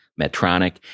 Medtronic